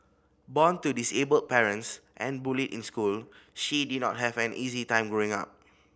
born to disabled parents and bullied in school she did not have an easy time growing up